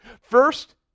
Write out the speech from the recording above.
First